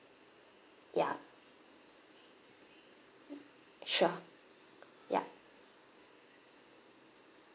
ya sure ya